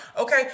Okay